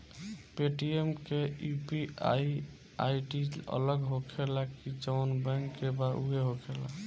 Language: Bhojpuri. पेटीएम के यू.पी.आई आई.डी अलग होखेला की जाऊन बैंक के बा उहे होखेला?